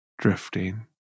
drifting